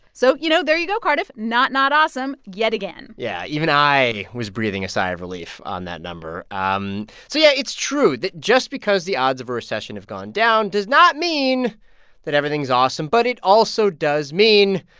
so you know, there you go, cardiff. not, not awesome yet again yeah. even i was breathing a sigh of relief on that number. um so yeah, it's true that just because the odds of a recession have gone down does not mean that everything's awesome. but it also does mean,